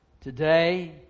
Today